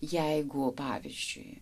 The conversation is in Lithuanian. jeigu pavyzdžiui